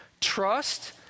Trust